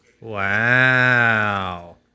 Wow